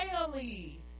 daily